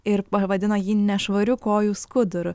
ir pavadino jį nešvarių kojų skuduru